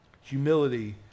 Humility